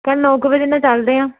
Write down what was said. ਕੱਲ੍ਹ ਨੌ ਕੁ ਵਜੇ ਨਾਲ ਚੱਲਦੇ ਹਾਂ